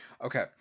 okay